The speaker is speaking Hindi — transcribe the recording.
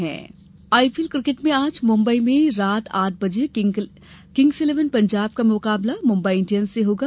आईपीएल आईपीएल क्रिकेट में आज मुम्बई में रात आठ बजे किंग्स इलेवन पंजाब का मुकाबला मुम्बई इंडियन्स से होगा